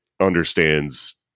understands